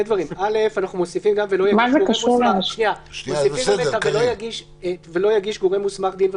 שני דברים: אנחנו מוסיפים גם "ולא יגיש גורם מוסמך דין וחשבון".